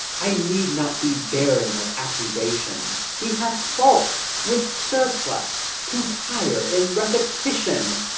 i need not be barren of accusations he hath faults, with surplus, to tire in repetition.